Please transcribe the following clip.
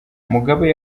mugabe